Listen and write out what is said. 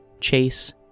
chase